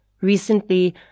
Recently